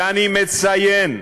ואני מציין,